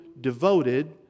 devoted